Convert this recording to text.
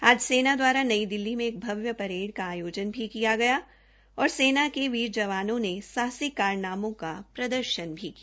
आज सेना द्वारा नई दिल्ली मे एक भव्य परेड का आयोजन किया गया और सेना के बहाद्री सैनिकों ने साहसिक कारनामों का प्रदर्शन भी किया